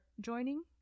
joining